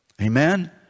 Amen